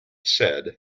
said